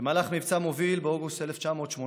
במהלך מבצע "מוביל", באוגוסט 1980,